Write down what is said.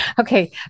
Okay